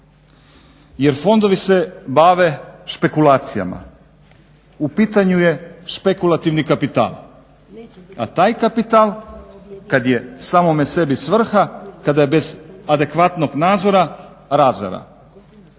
jer fondovi se bave špekulacijama. U pitanju je špekulativni kapital, a taj kapital kad je samome sebi svrha, kada je bez adekvatnog nadzora razara.